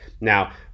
Now